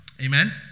Amen